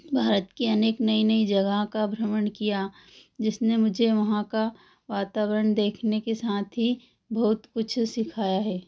भारत के अनेक नई नई जगह का भ्रमण किया जिसने मुझे वहाँ का वातावरण देखने के साथ ही बहुत कुछ सिखाया है